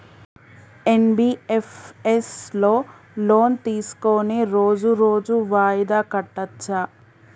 NBFS లో loan తీస్కొని రోజు రోజు వాయిదా కట్టచ్ఛా?